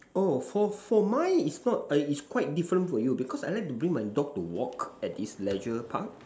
oh for for mine is not eh is quite different for you because I like to bring my dog to walk at this Leisure Park